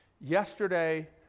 yesterday